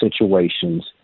situations